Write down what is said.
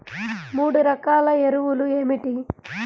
మూడు రకాల ఎరువులు ఏమిటి?